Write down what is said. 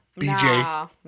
BJ